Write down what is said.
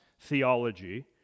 theology